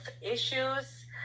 issues